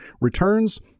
returns